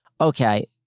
Okay